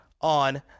on